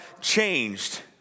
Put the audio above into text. changed